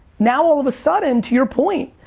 now, all of a sudden, to your point,